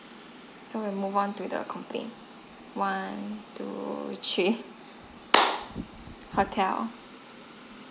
so we move on with the complaint one two three hotel